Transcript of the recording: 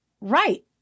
Right